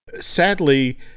Sadly